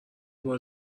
بار